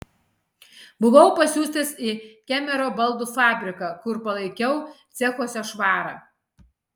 buvau pasiųstas į kemero baldų fabriką kur palaikiau cechuose švarą